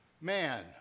man